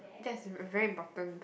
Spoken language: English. that is very important